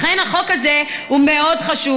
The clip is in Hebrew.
לכן, החוק הזה מאוד חשוב.